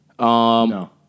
No